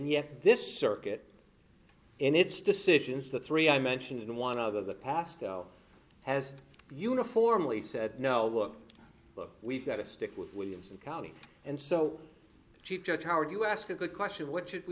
yet this circuit in its decisions the three i mentioned in one of the pascal has uniformly said no work but we've got to stick with williamson county and so chief judge howard you ask a good question what should we